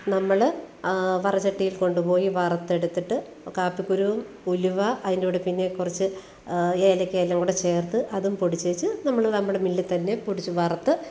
നമ്മൾ വറുചട്ടിയില് കൊണ്ടുപോയി വറുത്തെടുത്തിട്ട് കാപ്പിക്കുരുവും ഉലുവ അതിന്റെകൂടെ പിന്നെ കുറച്ച് ഏലയ്ക്ക എല്ലാംകൂടെ ചേര്ത്ത് അതും പൊടിച്ചേച്ച് നമ്മൾ നമ്മുടെ മില്ലില്ത്തന്നെ പൊടിച്ച് വറുത്ത്